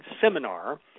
seminar